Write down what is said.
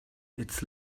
its